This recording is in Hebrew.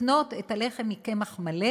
לקנות את הלחם מקמח מלא,